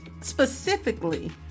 specifically